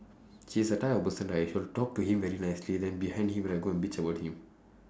he's the type of person right he'll talk to him very nicely then behind him right go and bitch about him